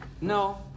No